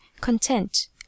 content